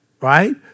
right